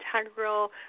integral